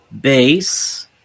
base